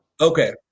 Okay